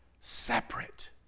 separate